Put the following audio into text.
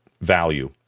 value